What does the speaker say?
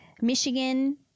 Michigan